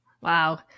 Wow